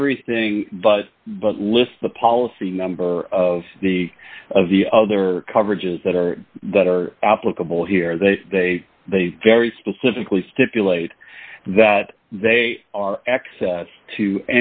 everything but but list the policy number of the of the other coverages that are that are applicable here they they they very specifically stipulate that they are access to